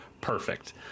perfect